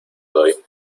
doy